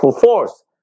force